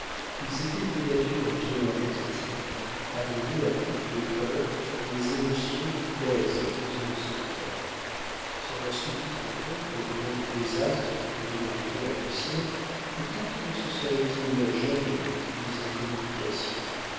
ils étaient deux natures vierges et timides adonnées à toutes les peurs dont les émotions plaisent aux hommes solitaires sans leur subite rencontre au moment du désastre qui venait d'arriver à lucien peut-être ne se seraient-ils jamais mis en communication